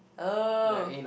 oh